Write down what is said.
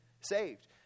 saved